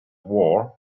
war